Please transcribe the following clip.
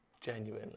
Genuinely